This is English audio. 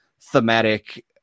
thematic